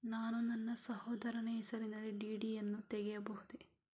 ನಾನು ನನ್ನ ಸಹೋದರನ ಹೆಸರಿನಲ್ಲಿ ಡಿ.ಡಿ ಯನ್ನು ತೆಗೆಯಬಹುದೇ?